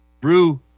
Brew